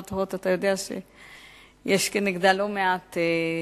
ואתה יודע שכנגד חברת "הוט" יש לא מעט תלונות.